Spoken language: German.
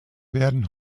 werden